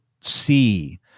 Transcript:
see